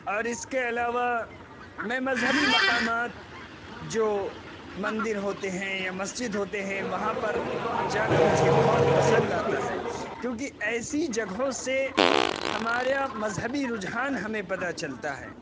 اور اس کے علاوہ میں مذہبی مقامات جو مندر ہوتے ہیں یا مسجد ہوتے ہیں وہاں پر جانا مجھے بہت پسند آتا ہے کیوں کہ ایسی جگہوں سے ہمارا مذہبی رجحان ہمیں پتا چلتا ہے